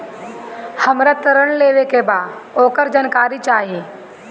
हमरा ऋण लेवे के बा वोकर जानकारी चाही